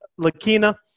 Lakina